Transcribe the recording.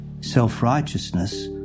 self-righteousness